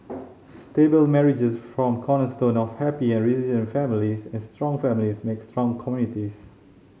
stable marriages form cornerstone of happy and resilient families and strong families make strong communities